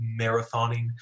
marathoning